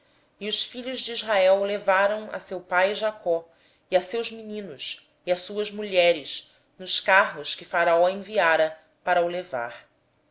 e os filhos de israel levaram seu pai jacó e seus meninos e as suas mulheres nos carros que faraó enviara para o levar